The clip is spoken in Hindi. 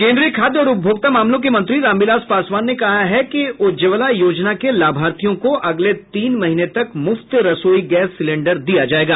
केन्द्रीय खाद्य और उपभोक्ता मामलों के मंत्री रामविलास पासवान ने कहा है कि उज्ज्वला योजना के लाभार्थियों को अगले तीन महीने तक मुफ्त रसोई गैस सिलेंडर दिया जाएगा